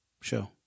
show